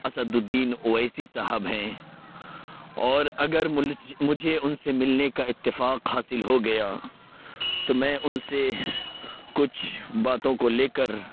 اسد الدین اویسی صاحب ہیں اور اگر مجھے ان سے ملنے کا اتفاق حاصل ہو گیا تو میں ان سے کچھ باتوں کو لے کر